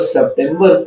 September